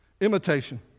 Imitation